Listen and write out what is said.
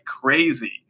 crazy